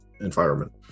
environment